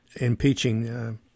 impeaching